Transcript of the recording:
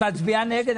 את מצביע נגד?